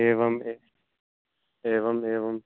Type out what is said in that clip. एवम् ए एवम् एवं